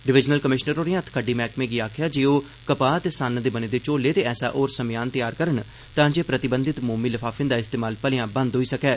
divisional commissioner होरें हत्थखड्डी मैहकमे गी आखेआ जे ओह् कपाह् ते सन्न दे बने दे झोले ते ऐसा होर समेयान तैयार करन ताफ़े प्रतिबधित मोमी लफाफें दा इस्तेमाल भलेआ बव्व होई सकै